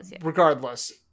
Regardless